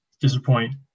disappoint